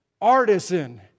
artisan